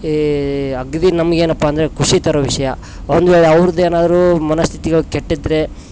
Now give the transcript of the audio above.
ಈ ಅಗ್ರಿ ನಮಗೇನಪ್ಪ ಅಂದರೆ ಖುಷಿ ತರೋ ವಿಷಯ ಒಂದ್ವೇಳೆ ಅವರದ್ದು ಏನಾದರು ಮನಸ್ಥಿತಿಗಳು ಕೆಟ್ಟಿದ್ದರೆ